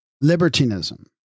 libertinism